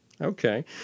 Okay